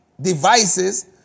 Devices